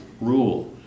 rule